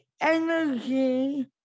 energy